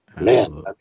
man